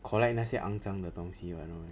collect 那些肮脏的东西